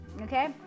okay